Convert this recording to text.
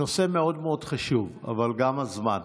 הנושא מאוד חשוב, אבל גם הזמן.